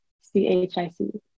c-h-i-c